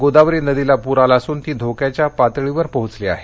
गोदावरी नदीला पूर आला असून ती धोक्याच्या पातळीवर पोहोचली आहे